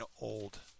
old